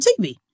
TV